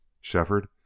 Shefford